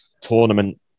tournament